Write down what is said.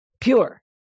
pure